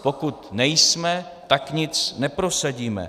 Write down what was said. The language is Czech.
Pokud nejsme, tak nic neprosadíme.